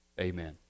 Amen